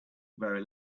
very